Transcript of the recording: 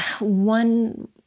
one